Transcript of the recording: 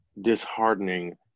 disheartening